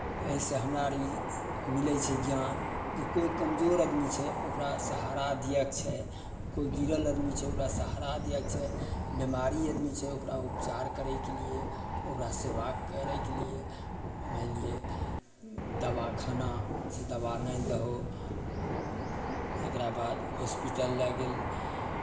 अइसे हमराआर ई मिलै छै ज्ञान कि कोइ कमजोर आदमी छै ओकरा सहारा दियैके छै कोइ गिड़ल आदमी छै ओकरा सहारा दियैके छै बेमारी यदि छै ओकरा उपचार करैके लिए ओकरा सेवा करैके लिए मानि लिअ दवाखानासँ दवा नानि दहो ओकराबाद हॉस्पिटल लए गेल